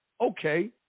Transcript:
Okay